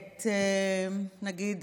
נגיד,